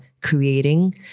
creating